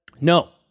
no